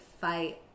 fight